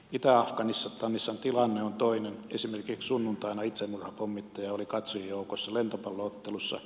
itä afganistanissa tilanne on toinen esimerkiksi sunnuntaina itsemurhapommittaja oli katsojien joukossa lentopallo ottelussa